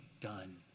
done